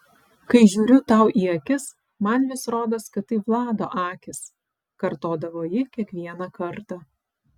kai žiūriu tau į akis man vis rodos kad tai vlado akys kartodavo ji kiekvieną kartą